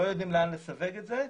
לא יודעים לאן לסווג את זה.